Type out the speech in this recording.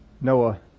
Noah